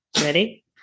Ready